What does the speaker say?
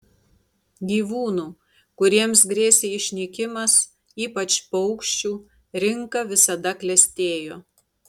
gyvūnų kuriems grėsė išnykimas ypač paukščių rinka visada klestėjo